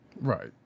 Right